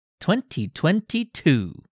2022